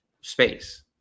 space